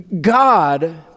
God